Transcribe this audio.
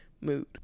mood